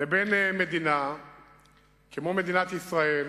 לבין מדינה כמו מדינת ישראל,